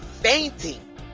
Fainting